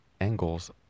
angles